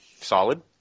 Solid